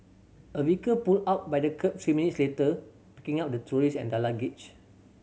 a vehicle pulled up by the kerb three minutes later picking up the tourist and their luggage